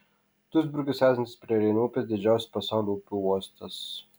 duisburgas esantis prie reino upės didžiausias pasaulio upių uostas